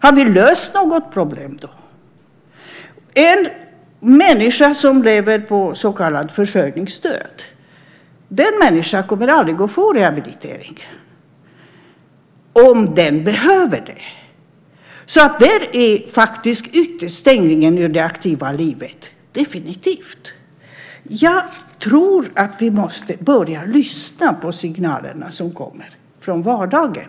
Har vi löst något problem då? En människa som lever på så kallat försörjningsstöd kommer aldrig att få rehabilitering om den behöver det. Där är faktiskt utestängningen från det aktiva livet definitiv. Jag tror att vi måste börja lyssna på signalerna som kommer från vardagen.